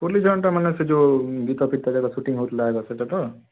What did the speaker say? ଫୁଲି ଝରନ୍ଟା ମାନେ ସେ ଯେଉଁ ଗୀତ ଫିତ ଯାକ ସୁଟିଂ ହେଉଥିଲା ସେଇଟା ତ